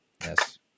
Yes